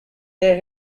their